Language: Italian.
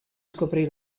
scoprì